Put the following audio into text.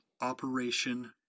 Operation